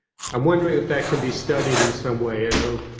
i'm wondering if that can be studied in some way. i know.